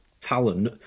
talent